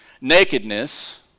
nakedness